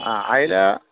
ആ അയില